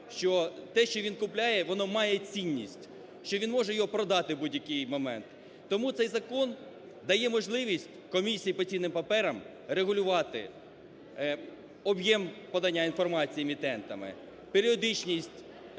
те, що він купляє, воно має цінність, що він може його продати в будь-який момент. Тому цей закон дає можливість Комісії по цінним паперам регулювати об'єм подання інформації емітентами, періодичність